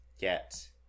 get